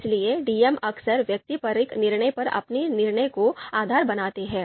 इसलिए डीएम अक्सर व्यक्तिपरक निर्णय पर अपने निर्णय को आधार बनाते हैं